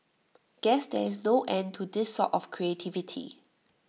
guess there is no end to this sort of creativity